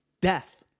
death